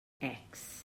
ecs